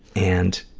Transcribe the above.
and